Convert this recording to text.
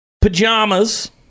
pajamas